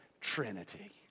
trinity